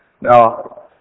Now